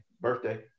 birthday